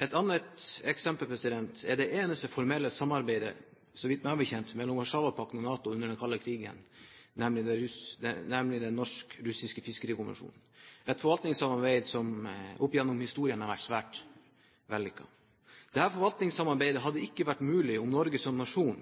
Et annet eksempel er det eneste formelle samarbeidet, meg bekjent, mellom Warszawapakten og NATO under den kalde krigen, nemlig Den norsk-russiske fiskerikommisjonen, et forvaltningssamarbeid som opp gjennom historien har vært svært vellykket. Dette forvaltningssamarbeidet hadde ikke vært mulig om Norge som nasjon